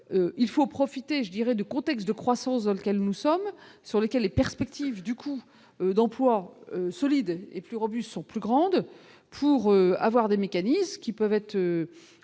il faut profiter je dirais de contexte de croissance dans lequel nous sommes sur le quai, les perspectives du coût d'emploi solide et plus robuste sont plus grandes pour avoir des mécanismes qui peuvent être,